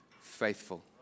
faithful